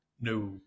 No